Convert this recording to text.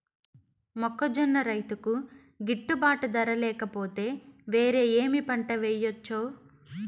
మొక్కజొన్న రైతుకు గిట్టుబాటు ధర లేక పోతే, వేరే ఏమి పంట వెయ్యొచ్చు?